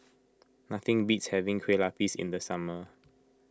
nothing beats having Kueh Lapis in the summer